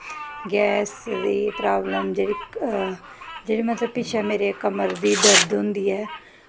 gas दी problem जेह्ड़ी मतलव पिच्छें मेरे कमर दी दर्द होंदी ऐ